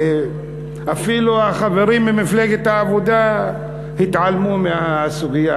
אפילו החברים ממפלגת העבודה התעלמו מהסוגיה.